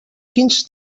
quins